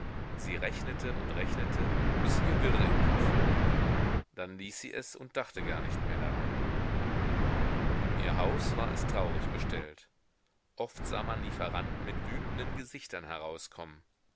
sie rechnete und rechnete bis ihr wirr im kopfe wurde dann ließ sie es und dachte gar nicht mehr daran um ihr haus war es traurig bestellt oft sah man lieferanten mit wütenden gesichtern herauskommen